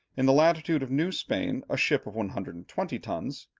in the latitude of new spain, a ship of one hundred and twenty tons,